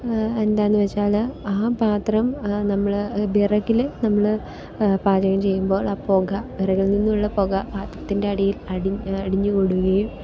എന്താണെന്നു വച്ചാൽ ആ പാത്രം നമ്മൾ വിറകിൽ നമ്മൾ പാചകം ചെയ്യുമ്പോള് ആ പുക വിറകില് നിന്നുള്ള പുക അതിന്റെ അടിയില് അടിഞ്ഞ് അടിഞ്ഞ് കൂടുകയും